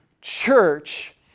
church